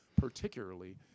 particularly